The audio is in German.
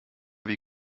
wie